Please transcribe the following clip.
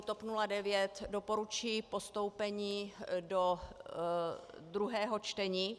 TOP 09 doporučí postoupení do druhého čtení.